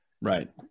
Right